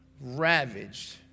ravaged